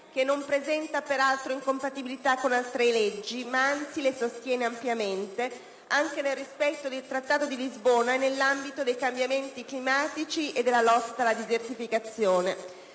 che non presenta peraltro incompatibilità con altre leggi, ma, anzi, le sostiene ampiamente, anche nel rispetto del Trattato di Lisbona e nell'ambito dei cambiamenti climatici e della lotta alla desertificazione.